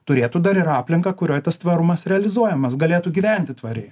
turėtų dar ir aplinką kurioj tas tvarumas realizuojamas galėtų gyventi tvariai